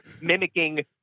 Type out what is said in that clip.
mimicking